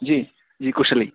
जी जी कुशली